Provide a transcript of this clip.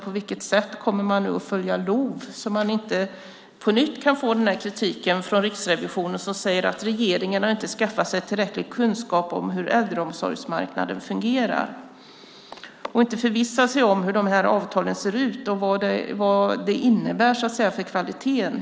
På vilket sätt kommer man nu att följa LOV, så att man inte på nytt får denna kritik från Riksrevisionen? Riksrevisionen säger att regeringen inte har skaffat sig tillräcklig kunskap om hur äldreomsorgsmarknaden fungerar och inte förvissat sig om hur de här avtalen ser ut och vad de innebär för kvaliteten.